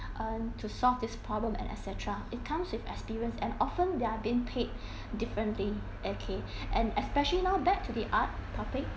um and to solve this problem and etcetera it comes with experience and often they are being paid differently okay and and especially now back to the art topic